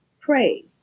Pray